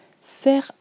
Faire